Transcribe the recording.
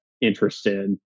interested